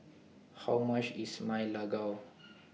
How much IS Ma Lai Gao